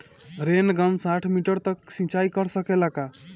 Rain gun साठ metre तक सिचाई कर सकेला का?